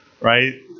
Right